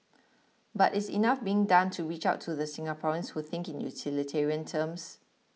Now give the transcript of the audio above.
but is enough being done to reach out to the Singaporeans who think in utilitarian terms